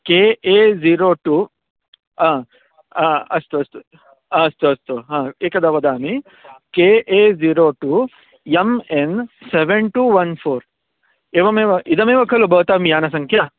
K A zero two आ आ अस्तु अस्तु अस्तु अस्तु हा एकदा वदामि K A zero two M N seven two one four एवमेव इदमेव खलु भवतां यानसङ्ख्या